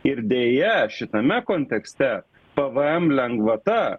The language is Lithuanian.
ir deja šitame kontekste pvm lengvata